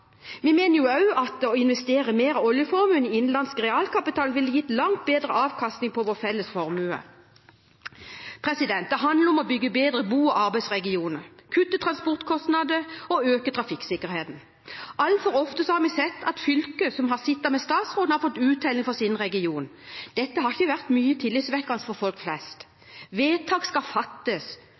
Vi mener også at å investere mer av oljeformuen i innenlandsk realkapital ville gitt langt bedre avkastning på vår felles formue. Det handler om å bygge bedre bo- og arbeidsregioner, kutte transportkostnader og øke trafikksikkerheten. Altfor ofte har vi sett at fylker som har sittet med statsråden, har fått uttelling for sin region. Dette har ikke vært mye tillitvekkende for folk flest. Vedtak skal fattes